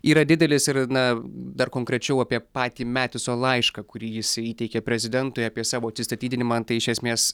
yra didelis ir na dar konkrečiau apie patį metiso laišką kurį jisai įteikė prezidentui apie savo atsistatydinimą tai iš esmės